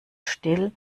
still